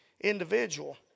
individual